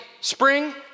spring